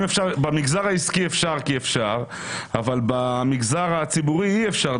במגזר העסקי אפשר כי אפשר אבל במגזר הציבורי אי אפשר.